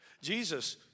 Jesus